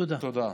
תודה.